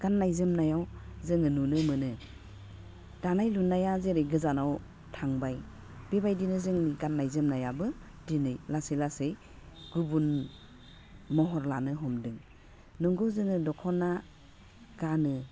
गान्नाय जोमनायाव जोङो नुनो मोनो दानाय लुनाया जेरै गोजानाव थांबाय बेबायदिनो जोंनि गान्नाय जोमनायाबो दिनै लासै लासै गुबुन महर लानो हमदों नंगौ जोङो दख'ना गानो